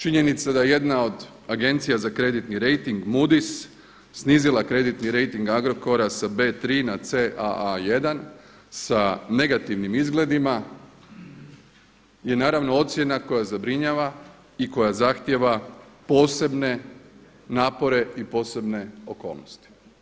Činjenica da jedna od Agencija za kreditni rejting Moodys snizila kreditni rejting Agrokora sa B3 na CAA1 sa negativnim izgledima i naravno ocjena koja zabrinjava i koja zahtijeva posebne napore i posebne okolnosti.